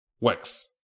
works